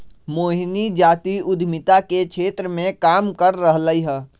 मोहिनी जाति उधमिता के क्षेत्र मे काम कर रहलई ह